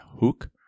Hook